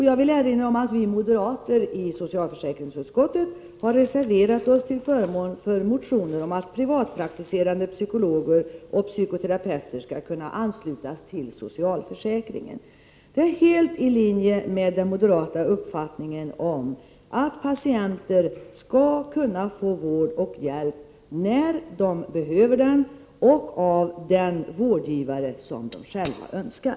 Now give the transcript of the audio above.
Jag vill erinra om att vi moderater i socialförsäkringsutskottet har reserverat oss till förmån för motioner med förslag om att privatpraktiserande psykologer och psykoterapeuter skall kunna anslutas till socialförsäkringen. Det är helt i linje med den moderata uppfattningen att patienter skall kunna få vård och hjälp när de behöver det och av den vårdgivare de själva önskar.